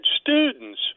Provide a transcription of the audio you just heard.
students